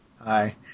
Hi